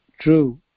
true